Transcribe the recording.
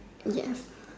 yes